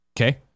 okay